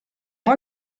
moi